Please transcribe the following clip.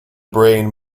brain